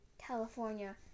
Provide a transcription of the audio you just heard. California